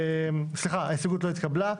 ההסתייגות לא התקבלה.